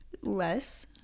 Less